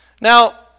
Now